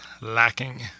lacking